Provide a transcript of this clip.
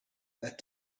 that